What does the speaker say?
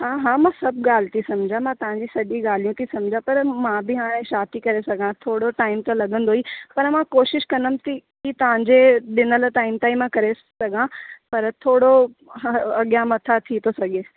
हा हा मां सभु ॻाल्हि थी सम्झा मां तव्हांजी सॼी ॻाल्हियूं थी सम्झा पर मां बि हाणे छा थी करे सघां थोरो टाइम त लॻंदो ई पर मां कोशिशि कंदमि की तव्हांजे ॾिनल टाइम ताईं मां करे सघां पर थोरो अॻियां मथां थी थो सघे